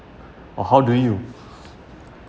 or how do you